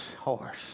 horse